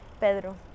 pedro